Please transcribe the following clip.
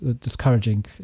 discouraging